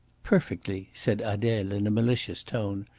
perfectly, said adele in a malicious tone.